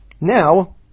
Now